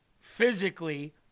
physically